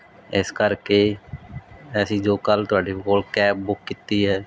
ਇਸ ਕਰਕੇ ਅਸੀਂ ਜੋ ਕੱਲ ਤੁਹਾਡੇ ਕੋਲ ਕੈਬ ਬੁੱਕ ਕੀਤੀ ਹੈ